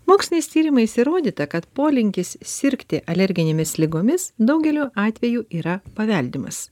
moksliniais tyrimais įrodyta kad polinkis sirgti alerginėmis ligomis daugeliu atvejų yra paveldimas